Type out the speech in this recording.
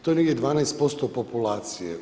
To je negdje 12% populacije.